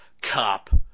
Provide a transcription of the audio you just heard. cop